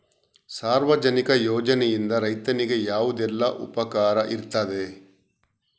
ಸಾರ್ವಜನಿಕ ಯೋಜನೆಯಿಂದ ರೈತನಿಗೆ ಯಾವುದೆಲ್ಲ ಉಪಕಾರ ಇರ್ತದೆ?